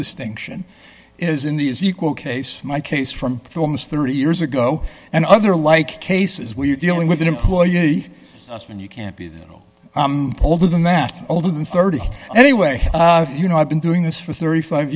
distinction is in the is equal case my case from films thirty years ago and other like cases where you're dealing with an employee and you can't be a little older than that older than thirty anyway you know i've been doing this for thirty five